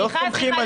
לא סומכים עליכם.